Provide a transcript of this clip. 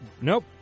Nope